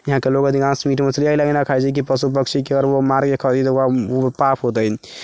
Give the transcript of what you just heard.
यहाँके लोक अधिकांश मीट मछली एही लऽ कऽ न खाइ छै कि अगर पशु पक्षीके मारि कऽ खैतनि तऽ ओ पाप होइतनि